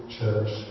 Church